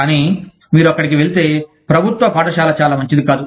కానీ మీరు అక్కడికి వెళితే ప్రభుత్వ పాఠశాల చాలా మంచిది కాదు